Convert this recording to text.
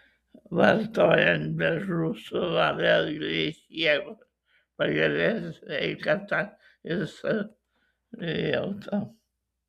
vartojant beržų sulą vėl grįš jėgos pagerės sveikata ir savijauta